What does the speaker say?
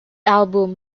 album